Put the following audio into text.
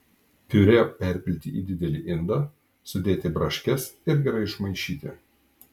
piurė perpilti į didelį indą sudėti braškes ir gerai išmaišyti